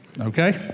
okay